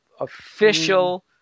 official